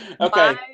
okay